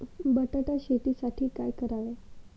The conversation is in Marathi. बटाटा शेतीसाठी काय करावे?